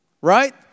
Right